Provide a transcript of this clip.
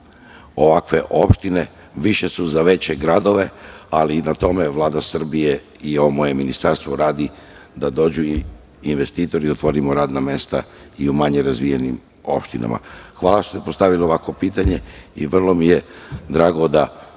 ovakve opštine, više su za veće gradove, ali i na tome Vlada Srbije i moje ministarstvo radi, da dođu i investitori i da otvorimo radna mesta i manje razvijenim opštinama. Hvala vam što ste postavili ovakvo pitanje i vrlo mi je drago da